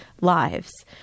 lives